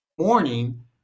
morning